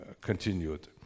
continued